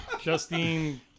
Justine